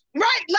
Right